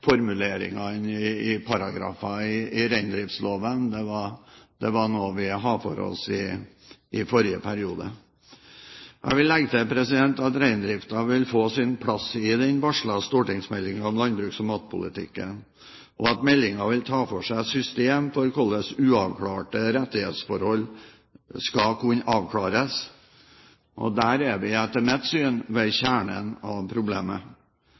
formuleringene av paragrafene i reindriftsloven. Det var noe vi tok for oss i forrige periode. Jeg vil legge til at reindriften vil få sin plass i den varslede stortingsmeldingen om landbruks- og matpolitikken, og at meldingen vil ta for seg systemer for hvordan uavklarte rettighetsforhold skal avklares. Der er vi etter mitt syn ved kjernen av problemet.